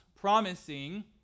promising